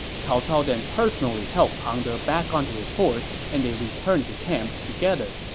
cao cao then personally helped pang de back onto his horse and they returned to camp together.